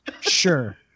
Sure